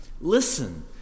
listen